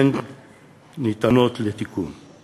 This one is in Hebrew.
הן ניתנות לתיקון.